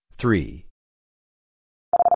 three